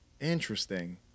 Interesting